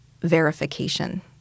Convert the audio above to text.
verification